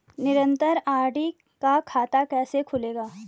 निरन्तर आर.डी का खाता कैसे खुलेगा?